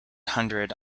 hundred